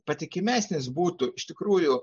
patikimesnis būtų iš tikrųjų